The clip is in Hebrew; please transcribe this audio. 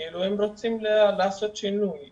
כי הם רוצים לעשות שינוי